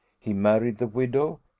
he married the widow,